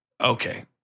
Okay